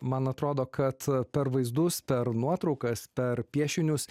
man atrodo kad per vaizdus per nuotraukas per piešinius